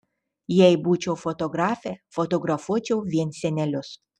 jei būčiau fotografė fotografuočiau vien senelius